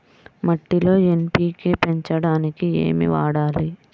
మట్టిలో ఎన్.పీ.కే పెంచడానికి ఏమి వాడాలి?